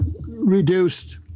reduced